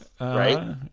Right